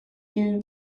you